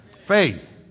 Faith